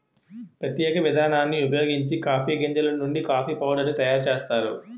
ప్రత్యేక విధానాన్ని ఉపయోగించి కాఫీ గింజలు నుండి కాఫీ పౌడర్ ను తయారు చేస్తారు